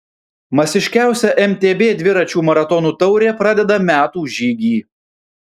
masiškiausia mtb dviračių maratonų taurė pradeda metų žygį